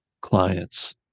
clients